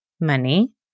money